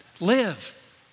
Live